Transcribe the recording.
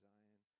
Zion